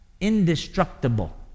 indestructible